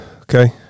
Okay